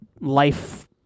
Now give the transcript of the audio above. life